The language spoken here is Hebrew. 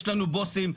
יש לנו בוסים,